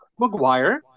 McGuire